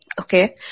Okay